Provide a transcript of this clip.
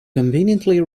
conveniently